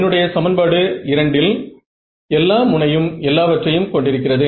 என்னுடைய சமன்பாடு 2இல் எல்லா முனையும் எல்லாவற்றையும் கொண்டிருக்கிறது